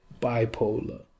bipolar